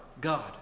God